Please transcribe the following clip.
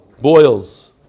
Boils